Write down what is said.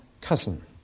cousin